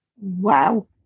Wow